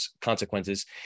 consequences